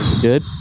good